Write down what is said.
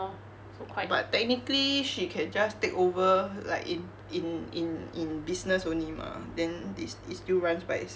but technically she can just take over like in in in in business only mah then this it still runs by itself right I don't know